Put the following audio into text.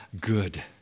good